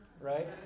right